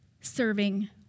serving